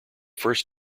first